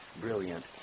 brilliant